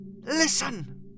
Listen